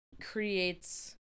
creates